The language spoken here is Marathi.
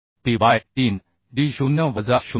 p बाय 3 d 0 वजा 0